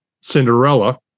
Cinderella